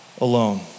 alone